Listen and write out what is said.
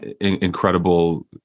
incredible